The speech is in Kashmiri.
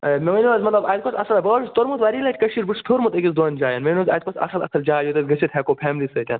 آچھا مےٚ ؤنِو حظ مطلب اَتہِ کۄس اصٕل بہٕ حظ چھُس توٚرمُت وارِیاہ لَٹہِ کٔشیٖر بہٕ چھُس پھیٚورمُت أکِس دۄن جاین مےٚ ؤنِو حظ اَتہِ کۄس اصٕل اصٕل جاے یۄت أسۍ گٔژھتھ ہیٚکو فیملی سۭتۍ